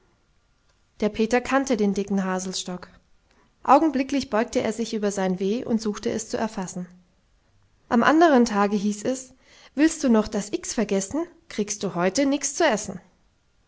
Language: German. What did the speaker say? der peter kannte den dicken haselstock augenblicklich beugte er sich über sein w und suchte es zu erfassen am anderen tage hieß es willst du noch das x vergessen kriegst du heute nix zu essen